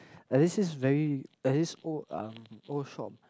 there's this this very there is this old uh old shop